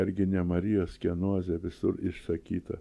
argi ne marijos kenozė visur išsakyta